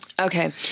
Okay